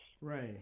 right